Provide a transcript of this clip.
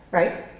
right?